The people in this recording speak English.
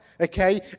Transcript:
okay